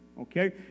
okay